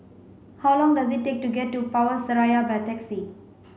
how long does it take to get to Power Seraya by taxi